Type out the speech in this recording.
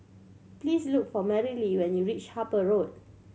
please look for Merrilee when you reach Harper Road